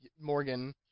Morgan